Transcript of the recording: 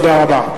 תודה רבה.